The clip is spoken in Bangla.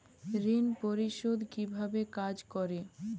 ঋণ পরিশোধ কিভাবে কাজ করে?